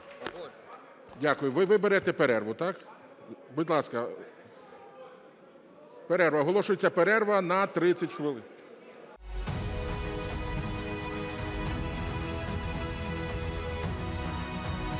Дякую. Ви берете перерву? Так. Будь ласка. Перерва. Оголошується перерва на 30 хвилин. (Після